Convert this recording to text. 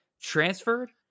transferred